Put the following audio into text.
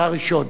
אתה הראשון.